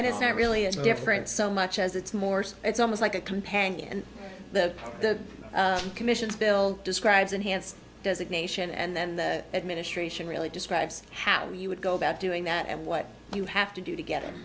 and it's not really as different so much as it's more so it's almost like a companion and the the commissions bill describes enhanced designation and then the administration really describes how you would go about doing that and what you have to do to get